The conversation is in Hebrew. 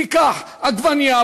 ניקח עגבנייה,